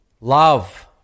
love